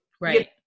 right